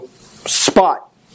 spot